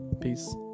Peace